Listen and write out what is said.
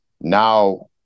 now